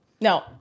no